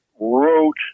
wrote